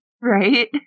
right